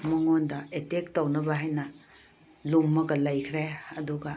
ꯃꯉꯣꯟꯗ ꯑꯦꯇꯦꯛ ꯇꯧꯅꯕ ꯍꯥꯏꯅ ꯂꯨꯝꯃꯒ ꯂꯩꯈ꯭ꯔꯦ ꯑꯗꯨꯒ